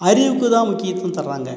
அறிவுக்குதான் முக்கியத்துவம் தராங்கள்